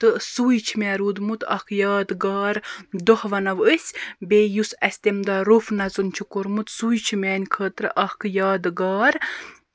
تہٕ سُے چھُ مےٚ روٗدمُت اکھ یادگار دۄہ وَنو أسۍ بیٚیہِ یُس اَسہِ تَمہِ دۄہ روٚف نَژُن چھُ کوٚرمُت سُے چھُ میٛانہِ خٲطرٕ اکھ یادگار